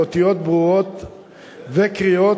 באותיות ברורות וקריאות,